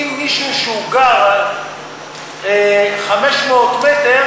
אם מישהו גר 500 מטר